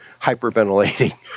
hyperventilating